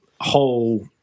whole